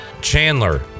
Chandler